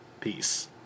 Peace